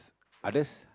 others